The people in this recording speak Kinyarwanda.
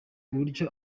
uburyo